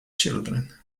children